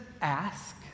ask